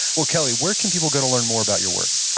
well, kelly. where can people go to learn more about your work?